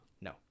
No